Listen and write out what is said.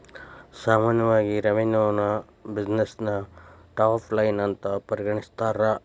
ಸಾಮಾನ್ಯವಾಗಿ ರೆವೆನ್ಯುನ ಬ್ಯುಸಿನೆಸ್ಸಿನ ಟಾಪ್ ಲೈನ್ ಅಂತ ಪರಿಗಣಿಸ್ತಾರ?